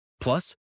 Plus